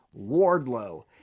Wardlow